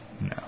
No